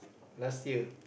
last year